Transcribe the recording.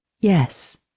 Yes